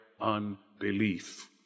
unbelief